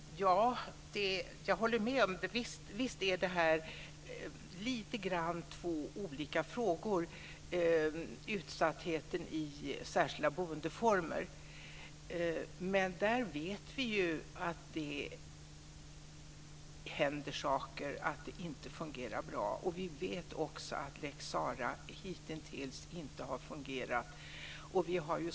Fru talman! Jag håller med om att detta med utsattheten i består av två olika frågor. Vi vet att det händer saker och att det inte fungerar bra inom de särskilda boendeformerna. Vi vet också att lex Sarah hitintills inte har fungerat.